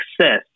success